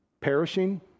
perishing